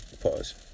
Pause